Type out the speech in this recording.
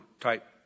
type